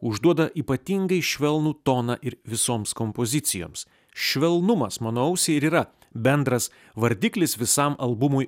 užduoda ypatingai švelnų toną ir visoms kompozicijoms švelnumas mano ausiai ir yra bendras vardiklis visam albumui